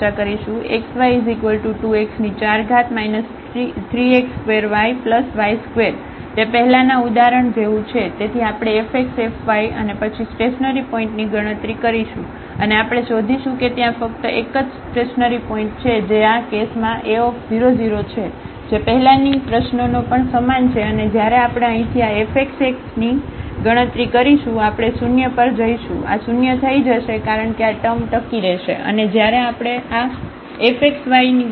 તે પહેલાના ઉદાહરણ જેવું જ છે તેથી આપણે fx fy અને પછી સ્ટેશનરીપોઇન્ટની ગણતરી કરીશું અને આપણે શોધીશું કે ત્યાં ફક્ત એક જ સ્ટેશનરીપોઇન્ટ છે જે આ કેસમાં a 00 છે જે પહેલાની પ્રશ્નોનો પણ સમાન છે અને જ્યારે આપણે અહીંથી આ fxx ની ગણતરી કરીશું આપણે 0 શૂન્ય પર જઈશું આ 0 થઈ જશે કારણ કે આ ટર્મ ટકી રહેશે અને જ્યારે આપણે આ fxy